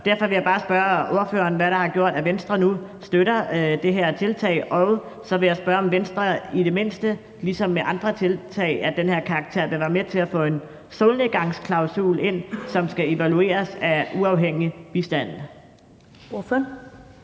Derfor vil jeg bare spørge ordføreren, hvad der har gjort, at Venstre nu støtter det her tiltag. Og så vil jeg spørge, om Venstre – ligesom med andre tiltag af den her karakter – i det mindste vil være med til at få sat en solnedgangsklausul ind, som skal evalueres med uafhængig bistand. Kl.